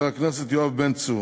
חבר הכנסת יואב בן צור,